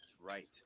right